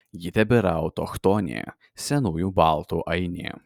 ji tebėra autochtonė senųjų baltų ainė